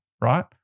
Right